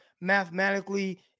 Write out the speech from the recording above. mathematically